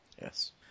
Yes